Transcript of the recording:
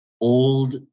old